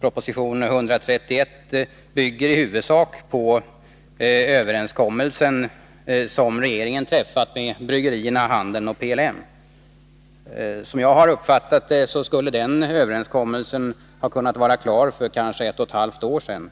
Proposition 131 bygger i huvudsak på den överenskommelse som regeringen träffat med bryggerierna, handeln och PLM. Som jag har uppfattat saken skulle den överenskommelsen ha kunnat vara klar för kanske ett och halvt år sedan.